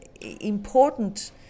important